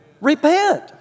Repent